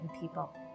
people